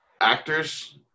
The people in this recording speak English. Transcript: actors